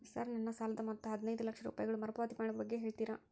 Sir ನನ್ನ ಸಾಲದ ಮೊತ್ತ ಹದಿನೈದು ಲಕ್ಷ ರೂಪಾಯಿಗಳು ಮರುಪಾವತಿ ಮಾಡುವ ಬಗ್ಗೆ ಹೇಳ್ತೇರಾ?